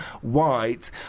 white